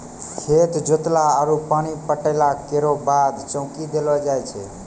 खेत जोतला आरु पानी पटैला केरो बाद चौकी देलो जाय छै?